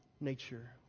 nature